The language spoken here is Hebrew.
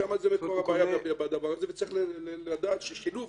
שם מקור הבעיה לדבר הזה, וצריך לדעת ששילוב